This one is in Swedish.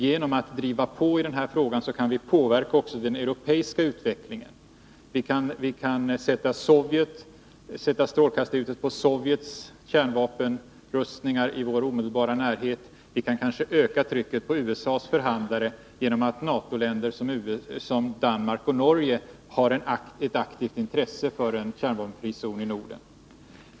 Genom att driva på i frågan kan vi ju påverka också den europeiska utvecklingen. Vi kan rikta strålkastarljuset mot Sovjets kärnvapenrustningar i vår omedelbara närhet. Trycket på USA:s förhandlare kan kanske öka, om NATO-länder som Danmark och Norge visar ett aktivt intresse för en kärnvapenfri zon i Norden.